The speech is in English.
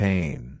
Pain